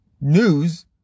news